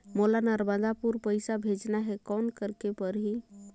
मोला नर्मदापुर पइसा भेजना हैं, कौन करेके परही?